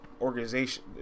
organization